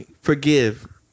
forgive